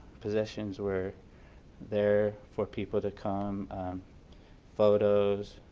possessions were there for people to come photos,